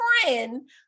friend